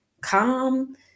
calm